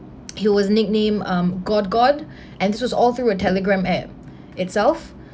he was nicknamed um god god and this was all through a telegram app itself